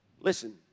Listen